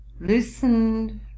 loosened